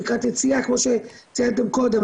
כמו שתיארתם קודם,